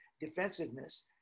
defensiveness